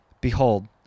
Behold